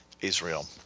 Israel